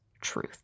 truth